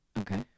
Okay